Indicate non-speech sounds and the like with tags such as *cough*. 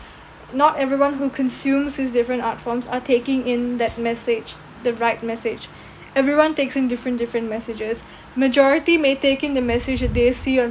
not everyone who consumes these different art forms are taking in that message the right message *breath* everyone takes in different different messages *breath* majority may take in the message that they see on